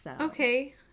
Okay